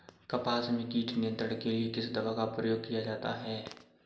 कपास में कीट नियंत्रण के लिए किस दवा का प्रयोग किया जाता है?